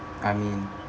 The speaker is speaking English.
I mean